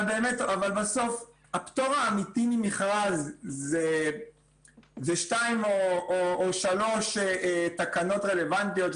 אבל בסוף הפטור האמיתי ממכרז זה שתיים או שלוש תקנות רלוונטיות,